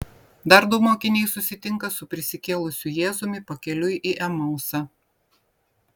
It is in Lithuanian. dar du mokiniai susitinka su prisikėlusiu jėzumi pakeliui į emausą